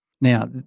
Now